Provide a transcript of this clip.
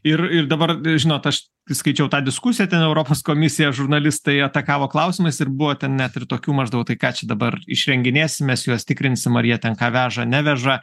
ir ir dabar žinot aš skaičiau tą diskusiją ten europos komisiją žurnalistai atakavo klausimais ir buvo ten net ir tokių maždaug tai ką čia dabar išrenginėsim mes juos tikrinsim ar jie ten ką veža neveža